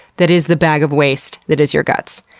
that is the bag of waste, that is your guts.